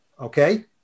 Okay